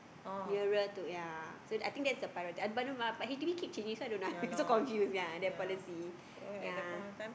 nearer to ya so I think that's the priority but oh no ah but H_D_B keep changing so I don't know I also confused ya their policy ya